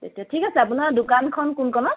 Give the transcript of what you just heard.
তেতিয়া ঠিক আছে আপোনাৰ দোকানখন কোনকণত